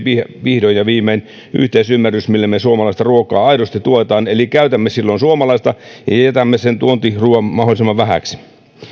vihdoin ja viimein yhteisymmärrys millä me suomalaista ruokaa aidosti tuemme eli käytämme silloin suomalaista ja ja jätämme sen tuontiruuan mahdollisimman vähäksi